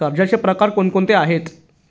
कर्जाचे प्रकार कोणकोणते आहेत?